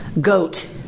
goat